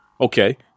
Okay